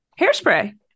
Hairspray